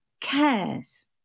cares